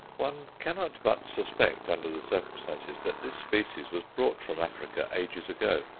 one cannot but suspect, under the circumstances, that this species was brought from africa ages ago,